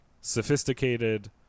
sophisticated